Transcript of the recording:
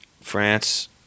France